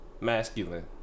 Masculine